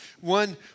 One